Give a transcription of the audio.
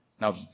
Now